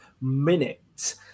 minute